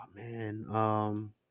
man